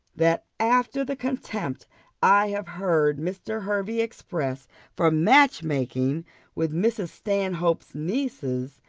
that after the contempt i have heard mr. hervey express for match-making with mrs. stanhope's nieces,